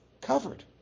covered